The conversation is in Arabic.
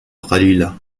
قليلة